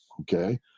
okay